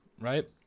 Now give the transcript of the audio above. right